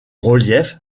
relief